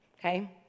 okay